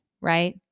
right